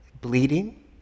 bleeding